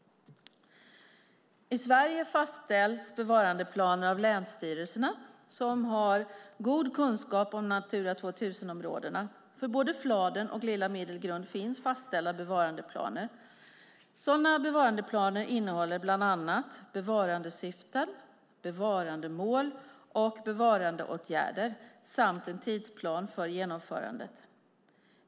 I Sverige fastställs bevarandeplaner av länsstyrelserna, som har god kunskap om Natura 2000-områdena. För både Fladen och Lilla Middelgrund finns fastställda bevarandeplaner. Sådana bevarandeplaner innehåller bland annat bevarandesyften, bevarandemål och bevarandeåtgärder samt en tidsplan för genomförandet.